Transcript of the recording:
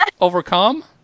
overcome